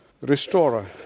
restorer